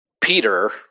Peter